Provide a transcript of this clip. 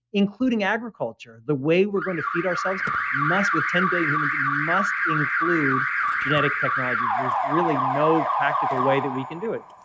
including agriculture. the way we're going to feed ourselves with ten billion humans must include genetic technology. there's really no practical way that we can do it.